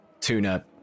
Tuna